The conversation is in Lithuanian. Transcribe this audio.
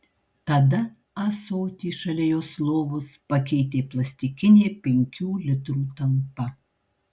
tada ąsotį šalia jos lovos pakeitė plastikinė penkių litrų talpa